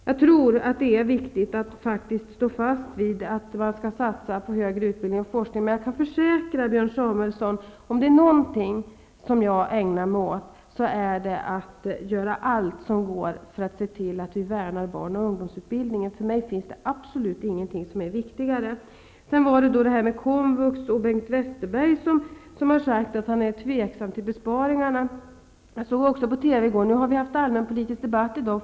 Jag tror att det är viktigt att faktiskt hålla fast vid att man skall satsa på högre utbildning och forskning, men jag kan försäkra Björn Samuelson om, att om det är något jag ägnar mig åt så är det att göra allt som går för att se till att vi värnar barn och ungdomsutbildningen. För mig finns det absolut ingenting som är viktigare. Bengt Westerberg har sagt att han är tveksam till besparingarna i fråga om komvux. Även jag såg på TV i går. Nu har vi i dag haft en allmänpolitisk debatt.